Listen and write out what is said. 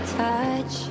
touch